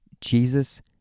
Jesus